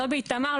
לא באיתמר,